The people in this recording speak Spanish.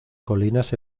colinas